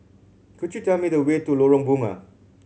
could you tell me the way to Lorong Bunga